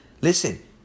Listen